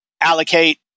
allocate